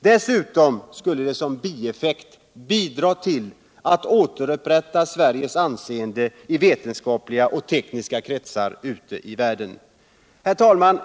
Dessutom skulle det som bieffekt bidra till att återupprätta Sveriges anseende 1 vetenskapliga och tekniska kretsar ute i världen. Herr talman!